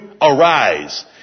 Arise